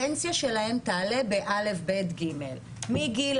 הפנסיה שלהן תעלה ב-א', ב', ג'.